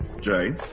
Jay